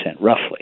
roughly